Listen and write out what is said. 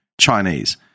Chinese